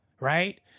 right